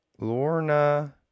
Lorna